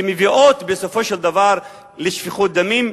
שמביאות בסופו של דבר לשפיכות דמים.